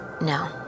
No